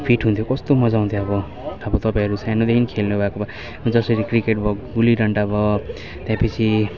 fit हुन्थ्यो कस्तो मज्जा आउँथ्यो अब अब तपाईँहरू सानोदेखि खेल्नुभएको भए जसरी क्रिकेट भयो गुल्ली डन्डा भ त्यसपछि